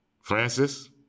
Francis